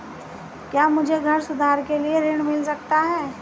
क्या मुझे घर सुधार के लिए ऋण मिल सकता है?